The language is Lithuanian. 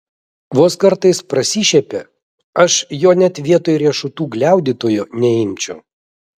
vos kartais prasišiepia aš jo net vietoj riešutų gliaudytojo neimčiau